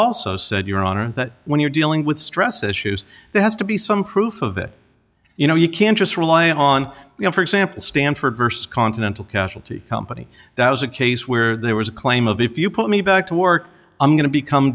also said your honor that when you're dealing with stress issues there has to be some proof of it you know you can't just rely on you know for example stanford versus continental casualty company that was a case where there was a claim of if you put me back to work i'm going to become